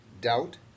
doubt